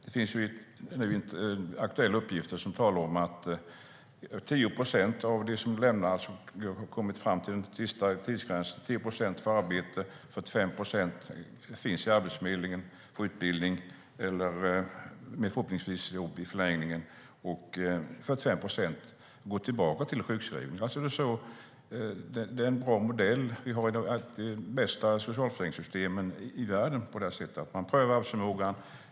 Enligt aktuella uppgifter får 10 procent av dem som har kommit fram till den sista tidsgränsen arbete, 45 procent finns i utbildning inom Arbetsförmedlingen och får förhoppningsvis jobb i förlängningen, och 45 procent går tillbaka till sjukskrivning. Det är en bra modell som vi har. Det är ett av de bästa socialförsäkringssystemen i världen på det sättet att arbetsförmågan prövas.